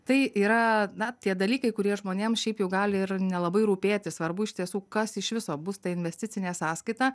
tai yra na tie dalykai kurie žmonėms šiaip jau gali ir nelabai rūpėti svarbu iš tiesų kas iš viso bus ta investicinė sąskaita